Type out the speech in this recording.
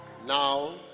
Now